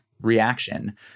reaction